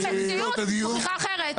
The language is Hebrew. המציאות מוכיחה אחרת.